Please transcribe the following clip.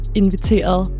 inviteret